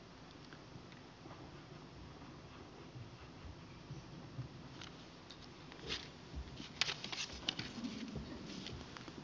arvoisa puhemies